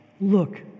look